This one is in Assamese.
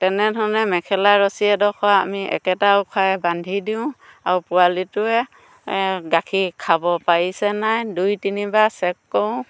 তেনেধৰণে মেখেলা ৰচী এডোখৰ আমি একেটা উশাহে বান্ধি দিওঁ আৰু পোৱালিটোৱে গাখীৰ খাব পাৰিছে নাই দুই তিনিবাৰ চেক কৰোঁ